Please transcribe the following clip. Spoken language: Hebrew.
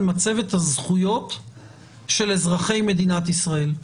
מצבת הזכויות של אזרחי מדינת ישראל.